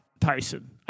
Tyson